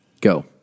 Go